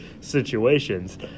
situations